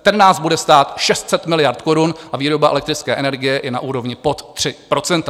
Ten nás bude stát 600 miliard korun a výroba elektrické energie je na úrovni pod 3 %.